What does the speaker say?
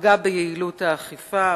פגע ביעילות האכיפה,